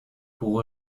pour